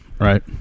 right